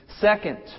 Second